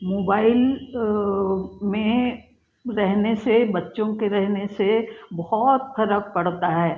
mobile में रहने से बच्चों के रहने से बहुत फ़र्क पड़ता है